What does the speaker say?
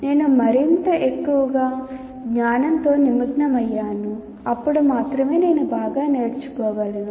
నేను మరింత ఎక్కువగా జ్ఞానంతో నిమగ్నమయ్యాను అప్పుడు మాత్రమే నేను బాగా నేర్చుకోగలను